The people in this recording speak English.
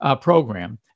program